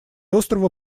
острова